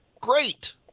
Great